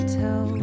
tell